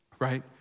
Right